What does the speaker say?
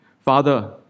Father